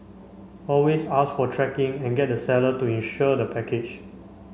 always ask for tracking and get the seller to insure the package